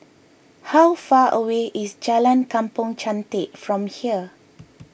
how far away is Jalan Kampong Chantek from here